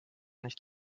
nicht